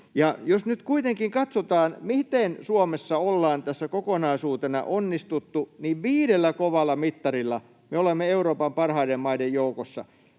nyt kuitenkin katsotaan, miten Suomessa ollaan tässä kokonaisuutena onnistuttu, niin viidellä kovalla mittarilla me olemme Euroopan parhaiden maiden joukossa: